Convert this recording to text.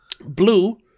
Blue